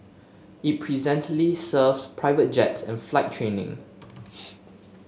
it presently serves private jets and flight training